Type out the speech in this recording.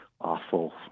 awful